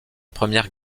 première